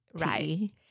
Right